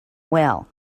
well